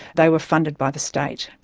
they were funded by the state.